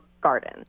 Garden